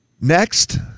Next